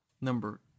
Number